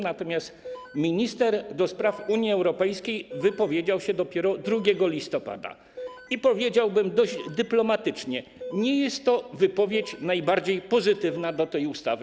Natomiast minister do spraw Unii Europejskiej wypowiedział się dopiero 2 listopada i - powiedziałbym dość dyplomatycznie - nie jest to wypowiedź najbardziej pozytywna dla tej ustawy.